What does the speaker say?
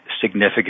significant